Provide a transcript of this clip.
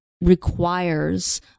requires